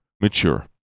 mature